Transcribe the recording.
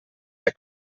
der